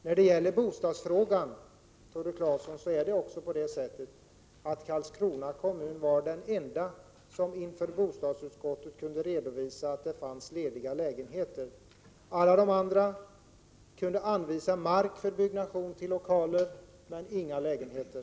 När det gäller bostadsfrågan, Tore Claeson, var det på det sättet att Karlskrona var den enda kommun som inför bostadsutskottet kunde redovisa att det fanns lediga lägenheter. Alla de andra kunde anvisa mark för byggnation men inga färdiga lägenheter.